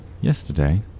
Yesterday